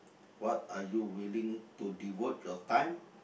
what are you willing to devote your time